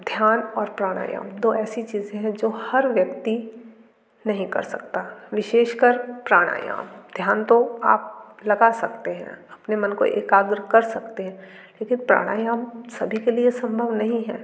ध्यान और प्राणायाम दो ऐसी चीज़े हैं जो हर व्यक्ति नहीं कर सकता विशेषकर प्राणायाम ध्यान तो आप लगा सकते हैं अपने मन को एकाग्र कर सकते हैं लेकिन प्राणायाम सभी के लिए संभव नहीं है